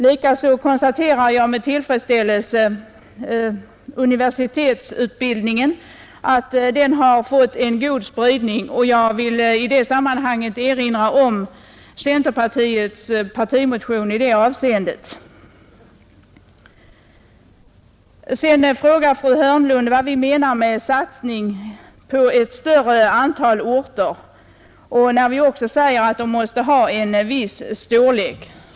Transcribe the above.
Likaså konstaterar jag med tillfredsställelse att universitetsutbildningen fått en god spridning, och jag vill i det sammanhanget erinra om centerpartiets partimotion i den frågan. Fru Hörnlund frågade vad vi menar med en satsning på ett större antal orter, när vi också säger att de måste ha en viss storlek.